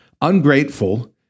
ungrateful